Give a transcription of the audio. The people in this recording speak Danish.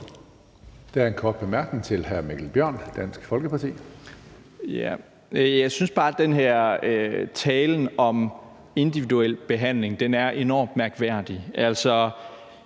Jeg synes bare, at den her talen om individuel behandling er enormt mærkværdig.